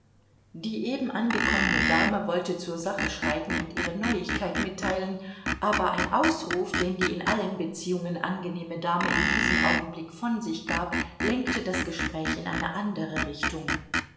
die eben angekommene dame wollte zur sache schreiten und ihre neuigkeit mitteilen aber ein ausruf den die in allen beziehungen angenehme dame in diesem augenblick von sich gab lenkte das gespräch in eine andere richtung